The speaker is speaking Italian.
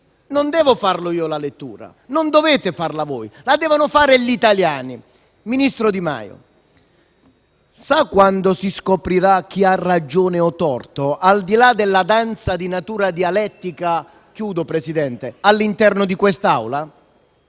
non devo farla io la lettura e non dovete farla voi, la devono fare gli italiani. Ministro Di Maio, sa quando si scoprirà chi ha ragione o torto, al di là della danza di natura dialettica all'interno di quest'Aula?